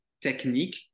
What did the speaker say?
technique